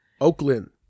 Oakland